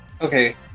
okay